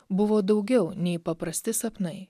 buvo daugiau nei paprasti sapnai